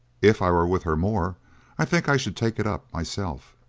if i were with her more i think i should take it up myself.